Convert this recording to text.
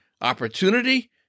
opportunity